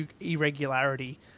irregularity